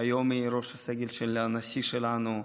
שהיום היא ראש הסגל של הנשיא שלנו.